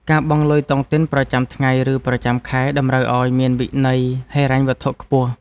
ការបង់លុយតុងទីនប្រចាំថ្ងៃ ឬប្រចាំខែ តម្រូវឱ្យមានវិន័យហិរញ្ញវត្ថុខ្ពស់។